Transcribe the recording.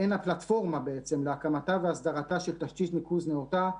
אין פלטפורמה להקמתה והסדרתה של תשתית ניקוז נאותה,